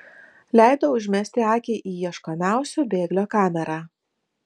leido užmesti akį į ieškomiausio bėglio kamerą